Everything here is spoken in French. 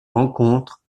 rencontrent